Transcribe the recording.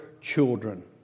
children